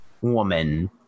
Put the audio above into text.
woman